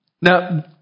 Now